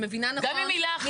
גם אם מילה אחת.